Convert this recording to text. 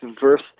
verse